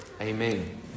Amen